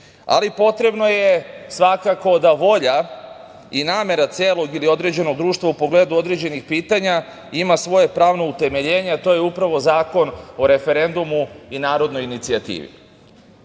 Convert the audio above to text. Ali, potrebno je svakako, da volja i namera celog ili određenog društva, u pogledu određenih pitanja ima svoje pravno utemeljenje, a to je upravo Zakon o referendumu i narodnoj inicijativi. Ustav